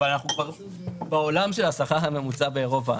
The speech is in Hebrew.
אבל אנחנו כבר בעולם של השכר הממוצע באירופה.